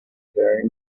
very